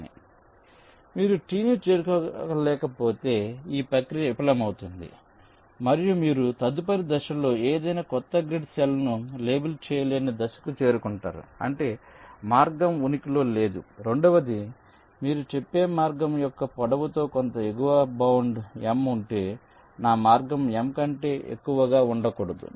కాబట్టి మీరు T ని చేరుకోలేకపోతే ఈ ప్రక్రియ విఫలమవుతుంది మరియు మీరు తదుపరి దశలో ఏదైనా కొత్త గ్రిడ్ సెల్ను లేబుల్ చేయలేని దశకు చేరుకుంటారు అంటే మార్గం ఉనికిలో లేదు రెండవది మీరు చెప్పే మార్గం యొక్క పొడవుతో కొంత ఎగువ బౌండ్ M ఉంటే నా మార్గం M కంటే ఎక్కువగా ఉండకూడదు